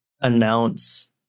announce